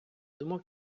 думав